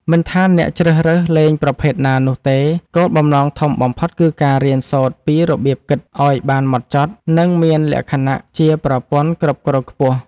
មិនថាអ្នកជ្រើសរើសលេងប្រភេទណានោះទេគោលបំណងធំបំផុតគឺការរៀនសូត្រពីរបៀបគិតឱ្យបានហ្មត់ចត់និងមានលក្ខណៈជាប្រព័ន្ធគ្រប់គ្រងខ្ពស់។